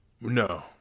No